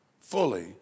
fully